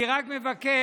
אני רק מבקש